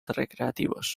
recreativos